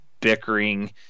bickering